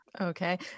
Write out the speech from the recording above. Okay